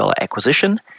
acquisition